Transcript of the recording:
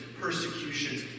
persecutions